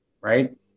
right